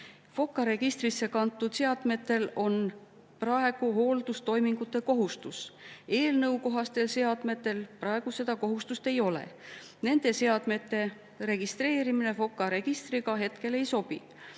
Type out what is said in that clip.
FOKA registrisse kantud seadmetel on praegu hooldustoimingute kohustus. Eelnõu kohastel seadmetel praegu seda kohustust ei ole. Nende seadmete registreerimine FOKA registrisse hetkel ei sobi.